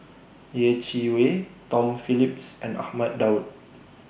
Yeh Chi Wei Tom Phillips and Ahmad Daud